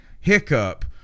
hiccup